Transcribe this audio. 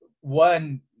one